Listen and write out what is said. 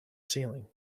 ceiling